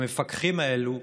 המפקחים האלה,